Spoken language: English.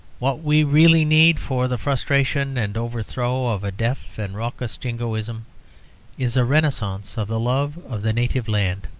what we really need for the frustration and overthrow of a deaf and raucous jingoism is a renascence of the love of the native land.